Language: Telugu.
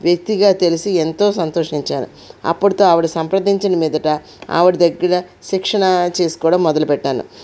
వ్యక్తిగా తెలిసి ఏంతో సంతోషించాను అప్పటితో ఆవిడతో సంప్రదించిన మీదట ఆవిడ దగ్గర శిక్షణ చేసుకోవడము మొదలుపెట్టాను